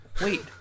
Wait